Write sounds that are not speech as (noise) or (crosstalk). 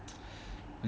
(breath)